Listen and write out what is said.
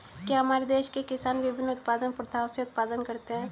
क्या हमारे देश के किसान विभिन्न उत्पादन प्रथाओ से उत्पादन करते हैं?